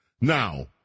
Now